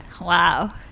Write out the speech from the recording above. Wow